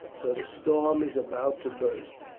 so the storm is about to burst,